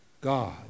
God